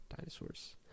dinosaurs